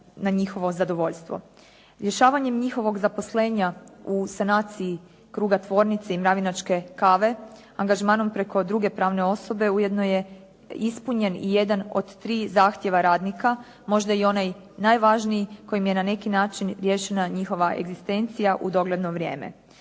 na njihovo zadovoljstvo. Rješavanjem njihovog zaposlenja u sanaciji kruga tvornice i "mravinačke kave" angažmanom preko druge pravne osobe ujedno je ispunjen i jedan od tri zahtijeva radnika, možda i onaj najvažniji kojim je na neki način riješena njihova egzistencija u dogledno vrijeme.